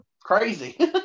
crazy